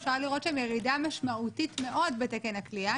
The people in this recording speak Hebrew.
אפשר לראות שם ירידה משמעותית מאוד בתקן הכליאה,